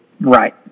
Right